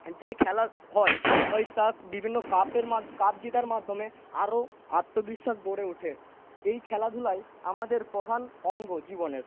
যে খেলা হয় তা বিভিন্ন কাপের মাধ্যমে কাপ জেতার মাধ্যমে আরও আত্মবিশ্বাস গড়ে ওঠে এই খেলাধূলাই আমাদের প্রধান অঙ্গ জীবনের